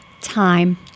Time